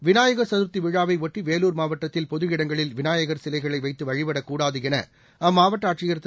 விநாயகர் சதர்த்தி விழாவை ஒட்டி வேலூர் மாவட்டத்தில் பொது இடங்களில் விநாயகர் சிலைகளை வைத்து வழிபடக்கூடாது என அம்மாவட்ட ஆட்சியர் திரு